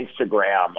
Instagram